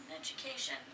education